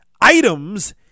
items